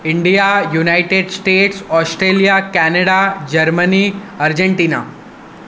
India United States Australia Canada Germany Argentina